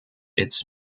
its